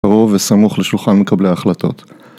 קרוב וסמוך לשולחן מקבלי ההחלטות